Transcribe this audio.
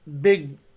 big